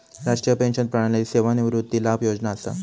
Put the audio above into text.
राष्ट्रीय पेंशन प्रणाली सेवानिवृत्ती लाभ योजना असा